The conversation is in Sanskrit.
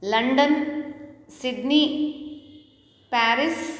London Sydney Paris